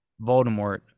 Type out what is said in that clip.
Voldemort